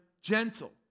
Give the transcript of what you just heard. gentle